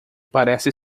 parece